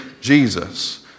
Jesus